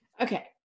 Okay